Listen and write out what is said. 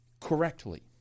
correctly